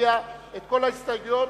ומצביע את כל ההסתייגויות,